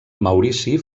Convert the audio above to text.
maurici